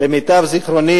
למיטב זיכרוני,